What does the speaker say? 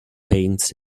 paints